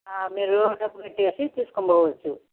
మీరు డబ్బులు ఇచ్చి తీసుకుని పోవచ్చు